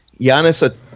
Giannis